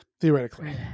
Theoretically